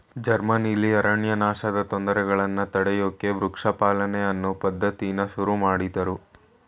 ಜರ್ಮನಿಲಿ ಅರಣ್ಯನಾಶದ್ ತೊಂದ್ರೆಗಳನ್ನ ತಡ್ಯೋಕೆ ವೃಕ್ಷ ಪಾಲನೆ ಅನ್ನೋ ಪದ್ಧತಿನ ಶುರುಮಾಡುದ್ರು